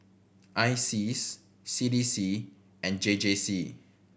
ISEAS C D C and J J C